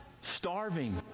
starving